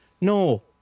No